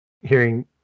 Hearing